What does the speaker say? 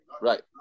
Right